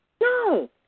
no